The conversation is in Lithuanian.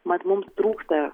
mat mums trūksta